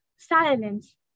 Silence